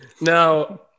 Now